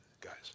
guys